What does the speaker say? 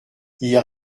hier